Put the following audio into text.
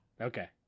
Okay